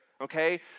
Okay